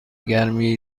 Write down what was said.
گرمی